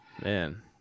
Man